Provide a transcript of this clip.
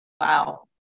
Wow